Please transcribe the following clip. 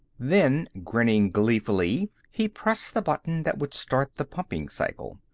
then, grinning gleefully, he pressed the button that would start the pumping cycle.